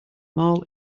mall